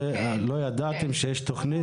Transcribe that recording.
לא ידעתם שיש תוכנית?